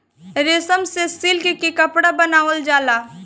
रेशम से सिल्क के कपड़ा बनावल जाला